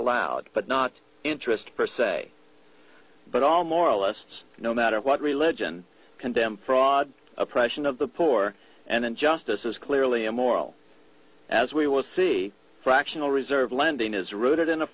allowed but not interest per se but all more or less no matter what religion condemns fraud oppression of the poor and injustice is clearly immoral as we will see fractional reserve lending is rooted in a